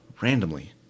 randomly